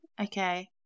okay